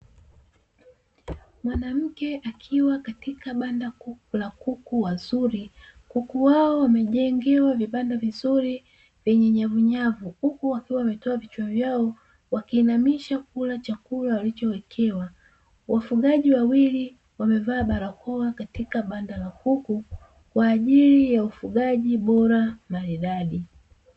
Mwanamke akiwa katika banda la kukua wazuri, kuku hao wamejengewa vibanda vizuri vyenye nyavunyavu, huku wakiwa wametoa vichwa vyao wakiinamisha kula chakula walichowekewa, wafugaji wawili wamevaa barakoa katika banda la kuku kwa ajili ya ufugaji bora maridadi.